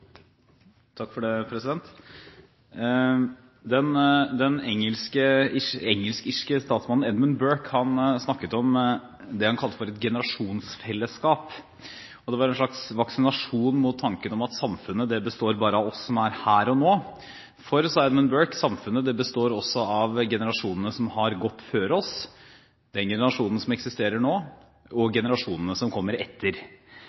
Den engelsk-irske statsmannen Edmund Burke snakket om det han kalte et generasjonsfellesskap. Det var en slags vaksinasjon mot tanken om at samfunnet består bare av oss som er her og nå, for, sa Edmund Burke, samfunnet består også av generasjonene som har vært før oss, den generasjonen som eksisterer nå, og generasjonene som kommer etter